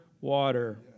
water